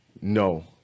No